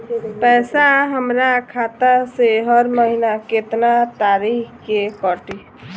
पैसा हमरा खाता से हर महीना केतना तारीक के कटी?